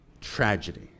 Tragedy